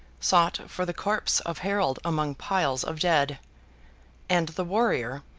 sought for the corpse of harold among piles of dead and the warrior,